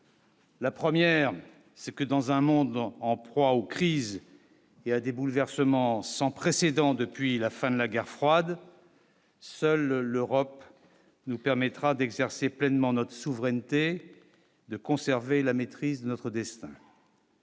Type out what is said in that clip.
La 1ère c'est que dans un monde en en proie aux crises et à des bouleversements sans précédent depuis la fin de la guerre froide. Seule l'Europe nous permettra d'exercer pleinement notre souveraineté de conserver la maîtrise de notre destin.